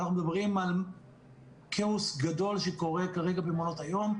אנחנו מדברים על כאוס גדול שקורה כרגע במעונות היום.